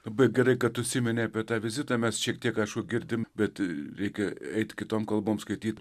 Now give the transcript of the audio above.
labai gerai kad užsiminei apie tą vizitą mes šiek tiek aišku girdim bet reikia eit kitom kalbom skaityt